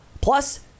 Plus